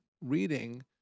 reading